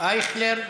אייכלר,